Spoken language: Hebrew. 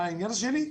והדבר השני,